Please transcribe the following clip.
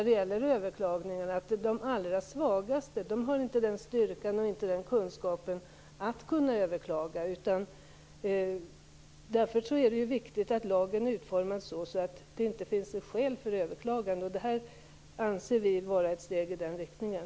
De allra svagaste har inte den styrkan och den kunskapen att de kan överklaga. Därför är det viktigt att lagen är utformad så att det inte finns skäl för överklagande. Det här anser vi vara ett steg i den riktningen.